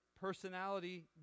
personality